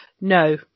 no